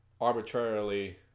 arbitrarily